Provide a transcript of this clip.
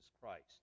Christ